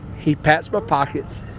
he pats my pockets,